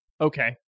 Okay